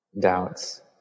doubts